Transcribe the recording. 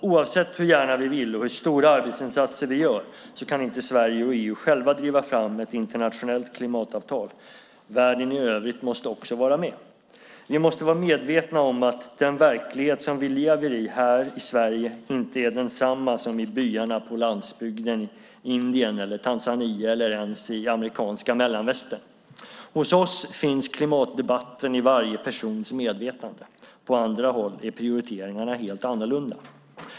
Oavsett hur gärna vi vill och hur stora arbetsinsatser vi gör kan inte Sverige och EU själva driva fram ett internationellt klimatavtal. Världen i övrigt måste också vara med. Vi måste vara medvetna om att den verklighet som vi lever i här i Sverige inte är densamma som den som man lever i i byarna på landsbygden i Indien eller Tanzania eller ens i amerikanska mellanvästern. Hos oss finns klimatdebatten i varje persons medvetande. På andra håll är prioriteringarna helt annorlunda.